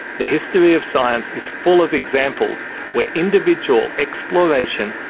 the history of science is full of examples where individual exploration,